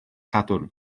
sadwrn